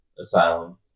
Asylum